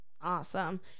Awesome